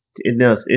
enough